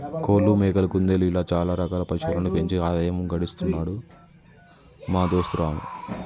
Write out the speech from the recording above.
కోళ్లు మేకలు కుందేళ్లు ఇలా చాల రకాల పశువులను పెంచి ఆదాయం గడిస్తున్నాడు మా దోస్తు రాము